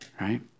right